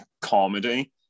comedy